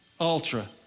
ultra